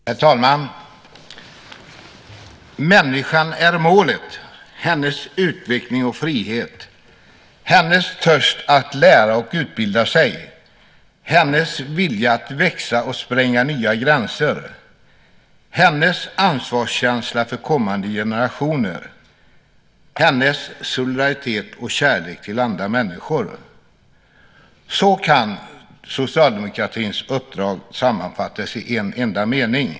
Herr talman! "Människan är målet - hennes utveckling och frihet, hennes törst att lära och utbilda sig, hennes vilja att växa och spränga nya gränser, hennes ansvarskänsla för kommande generationer, hennes solidaritet och kärlek till andra människor." Så kan socialdemokratins uppdrag sammanfattas i en enda mening.